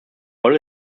rolle